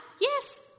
Yes